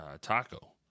Taco